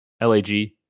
LAG